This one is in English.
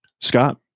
Scott